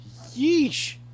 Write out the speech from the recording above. yeesh